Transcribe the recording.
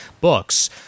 books